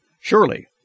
Surely